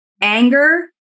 anger